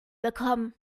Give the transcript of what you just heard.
bekommen